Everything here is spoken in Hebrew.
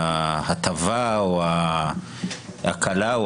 ההטבה או ההקלה הנורבגית,